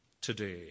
today